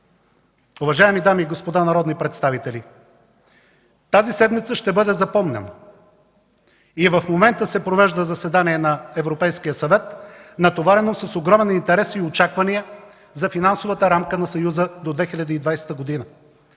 Уважаеми дами и господа народни представители, тази седмица ще бъде запомнена. И в момента се провежда заседание на Европейския съвет, натоварено с огромен интерес и очаквания за финансовата рамка на Съюза до 2020 г.